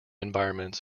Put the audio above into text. environments